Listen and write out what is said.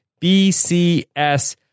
BCS